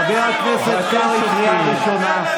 חבר הכנסת קרעי, קריאה ראשונה.